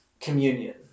communion